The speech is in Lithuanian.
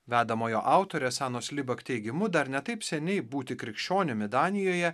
vedamojo autorė sanos libak teigimu dar ne taip seniai būti krikščionimi danijoje